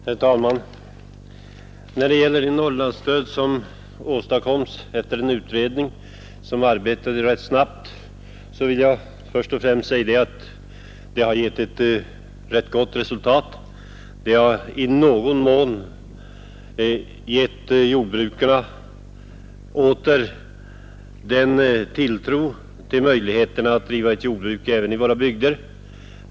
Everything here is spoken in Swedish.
Herr talman! När det gäller det Norrlandsstöd som åstadkoms efter en utredning, som arbetade rätt snabbt, vill jag först och främst säga att det har givit ett ganska gott resultat. Det har i någon mån återgivit jordbrukarna tron på möjligheterna att driva ett jordbruk även i de norrländska bygderna.